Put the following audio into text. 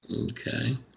Okay